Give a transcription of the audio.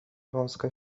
wąska